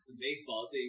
Baseball